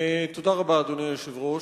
תודה רבה, אדוני היושב-ראש.